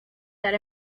that